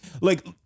like-